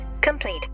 complete